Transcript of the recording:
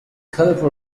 colourful